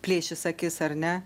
plėšys akis ar ne